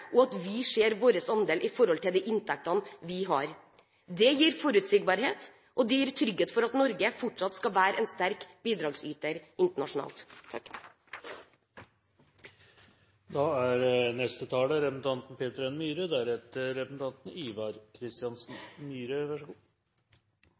og at vi ser vår andel i forhold til de inntektene vi har. Det gir forutsigbarhet, og det gir trygghet for at Norge fortsatt skal være en sterk bidragsyter internasjonalt. Forsvaret har over flere år gjennomgått en